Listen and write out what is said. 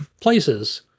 places